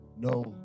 no